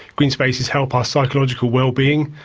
green spaces help our psychological wellbeing,